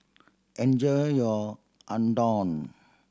enjoy your Unadon